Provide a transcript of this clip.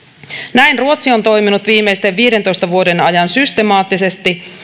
näin ruotsi on toiminut viimeisten viidentoista vuoden ajan systemaattisesti